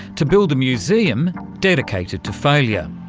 to build a museum dedicated to failure.